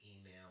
email